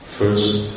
first